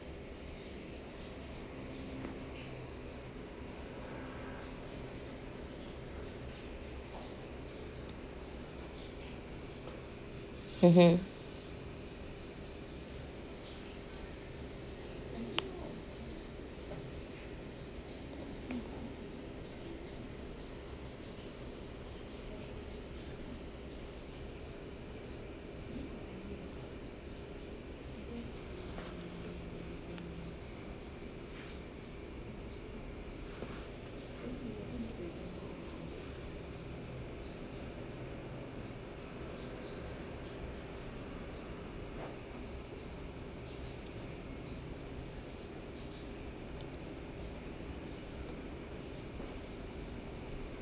mmhmm